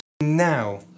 now